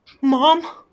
mom